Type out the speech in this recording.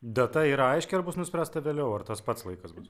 data yra aiški ar bus nuspręsta vėliau ar tas pats laikas bus